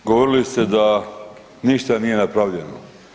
Govorili ste da ništa nije napravljeno.